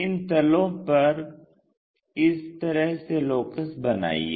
इन तलों पर इस तरह से लोकस बनाइये